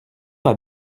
pas